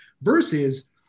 versus